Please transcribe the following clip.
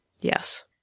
Yes